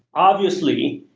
obviously,